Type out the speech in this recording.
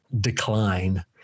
decline